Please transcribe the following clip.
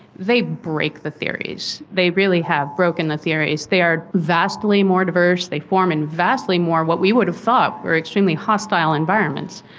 they break the theories, they really have broken the theories. they are vastly more diverse, they form in vastly more what we would have thought were extremely hostile environments.